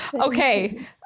Okay